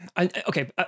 okay